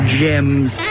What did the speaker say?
gems